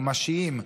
ממשיים,